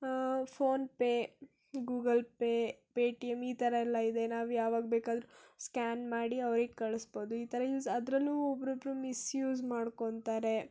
PhonePe Google Pay Paytm ಈ ಥರ ಎಲ್ಲ ಇದೆ ನಾವು ಯಾವಾಗ ಬೇಕಾದ್ರೂ ಸ್ಕ್ಯಾನ್ ಮಾಡಿ ಅವ್ರಿಗೆ ಕಳಿಸ್ಬೋದು ಈ ಥರ ಯೂಸ್ ಅದರಲ್ಲೂ ಒಬ್ರೊಬ್ಬರು ಮಿಸ್ಯೂಸ್ ಮಾಡ್ಕೊತಾರೆ